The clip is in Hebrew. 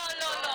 לא, לא.